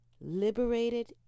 liberated